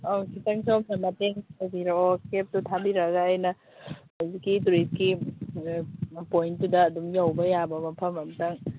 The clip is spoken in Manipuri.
ꯑꯧ ꯈꯤꯇꯪ ꯁꯣꯝꯅ ꯃꯇꯦꯡ ꯇꯧꯕꯤꯔꯛꯑꯣ ꯀꯦꯞꯁꯨ ꯊꯥꯕꯤꯔꯛꯑꯒ ꯑꯩꯅ ꯍꯧꯖꯤꯛꯀꯤ ꯇꯨꯔꯤꯁꯀꯤ ꯄꯣꯏꯟꯇꯨꯗ ꯑꯗꯨꯝ ꯌꯧꯕ ꯌꯥꯕ ꯃꯐꯝ ꯑꯝꯇꯪ